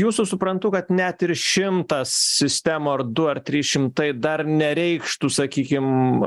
jūsų suprantu kad net ir šimtą sistemų ar du ar trys šimtai dar nereikštų sakykim